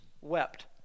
wept